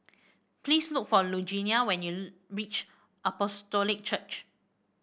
please look for Lugenia when you reach Apostolic Church